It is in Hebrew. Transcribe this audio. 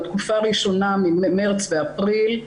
בתקופה הראשונה ממרץ ואפריל,